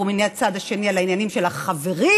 ומן הצד השני על העניינים של החברים,